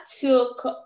took